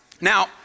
Now